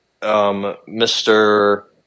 Mr